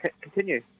continue